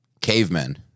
cavemen